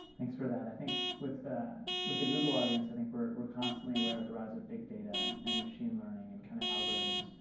thanks for that. i think with the with the google audience, i think we're we're constantly aware of the rise of big data and machine learning and kind of algorithms,